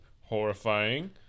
horrifying